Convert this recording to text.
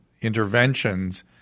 interventions